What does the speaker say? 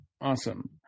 Awesome